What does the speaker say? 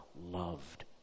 loved